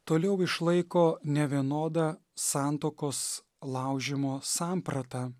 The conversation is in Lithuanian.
toliau išlaiko nevienodą santuokos laužymo sampratą